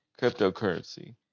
cryptocurrency